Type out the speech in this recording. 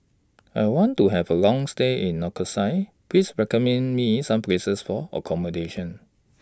I want to Have A Long stay in Nicosia Please recommend Me Some Places For accommodation